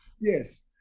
yes